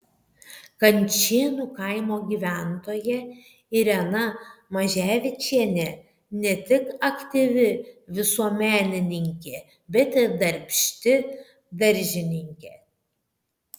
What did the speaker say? kančėnų kaimo gyventoja irena maževičienė ne tik aktyvi visuomenininkė bet ir darbšti daržininkė